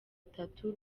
itatu